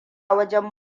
wajen